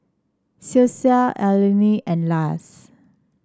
Cecile Alene and Lars